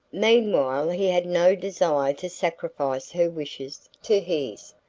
meanwhile he had no desire to sacrifice her wishes to his,